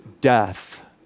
death